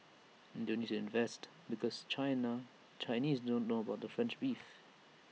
and they'll need to invest because China Chinese don't know about French beef